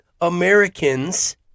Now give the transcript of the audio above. Americans